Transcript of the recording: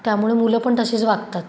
त्यामुळे मुलं पण तशीच वागतात